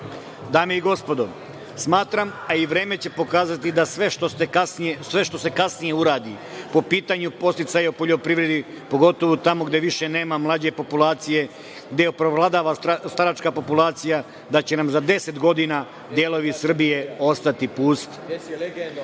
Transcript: i gospodo, smatram, a i vreme će pokazati, da sve što se kasnije uradi po pitanju podsticaja u poljoprivredi, pogotovo tamo gde više nema mlađe populacije, gde preovladava staračka populacija, da će nam za 10 godina delovi Srbije ostati pusti.